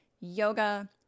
yoga